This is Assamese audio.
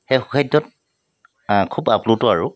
সেই সুখাদ্যত খুব আপ্লুত আৰু